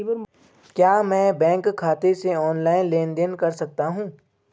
क्या मैं बैंक खाते से ऑनलाइन लेनदेन कर सकता हूं?